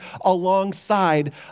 alongside